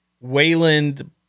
Wayland